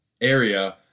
area